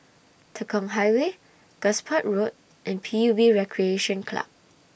Tekong Highway Gosport Road and P U B Recreation Club